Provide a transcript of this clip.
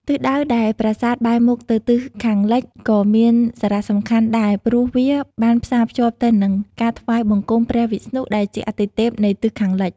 ទិសដៅដែលប្រាសាទបែរមុខទៅទិសខាងលិចក៏មានសារៈសំខាន់ដែរ ព្រោះវាបានផ្សារភ្ជាប់ទៅនឹងការថ្វាយបង្គំព្រះវិស្ណុដែលជាអាទិទេពនៃទិសខាងលិច។